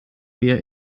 wir